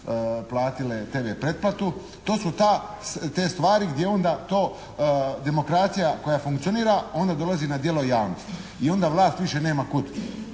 platile TV pretplatu. To su ta, te stvari gdje onda to demokracija koja funkcionira onda dolazi za djelo javnost. I onda vlast više nema kud.